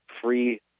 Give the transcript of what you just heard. free